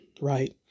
right